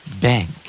Bank